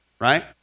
Right